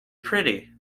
pretty